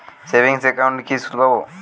Savings একাউন্টে কি সুদ পাব?